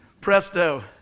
Presto